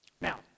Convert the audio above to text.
Now